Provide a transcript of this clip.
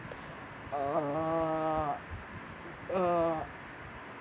err uh